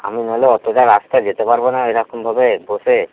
আমি নাহলে অতোটা রাস্তা যেতে পারবো না এরকমভাবে বসে